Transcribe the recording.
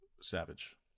Savage